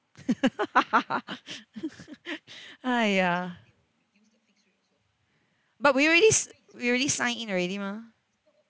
!haiya! but we already s~ we already signed in already mah